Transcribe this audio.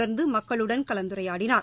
தொடர்ந்து மக்களுடன் அவர் கலந்துரையாடினார்